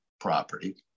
property